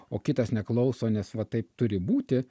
o kitas neklauso nes va taip turi būti